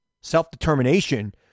Self-determination